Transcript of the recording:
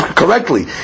correctly